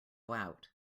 out